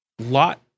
lot